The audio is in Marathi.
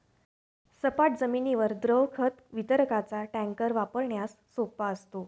सपाट जमिनीवर द्रव खत वितरकाचा टँकर वापरण्यास सोपा असतो